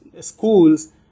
schools